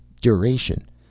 duration